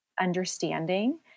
understanding